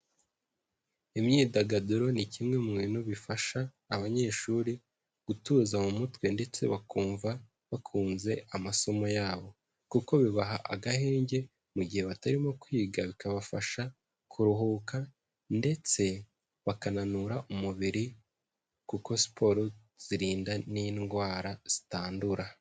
Imyidagaduro ni kimwe mu bintu bifasha abanyeshuri gutuza mu mutwe ndetse bakumva bakunze amasomo yabo, kuko bibaha agahenge mu gihe batarimo kwiga bikabafasha kuruhuka ndetse bakananura umubiri kuko siporo zirinda n'indwara zitandura.